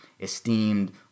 esteemed